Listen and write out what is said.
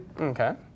Okay